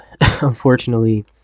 unfortunately